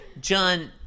John